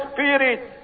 Spirit